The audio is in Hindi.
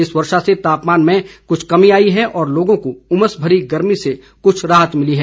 इस वर्षा से तापमान में कुछ कमी आई है और लोगों को उमस भरी गर्मी से कुछ राहत मिली है